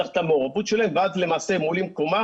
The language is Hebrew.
צריך את המעורבות שלהם ואז למעשה הם עולים קומה,